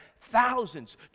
thousands